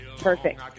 perfect